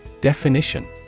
Definition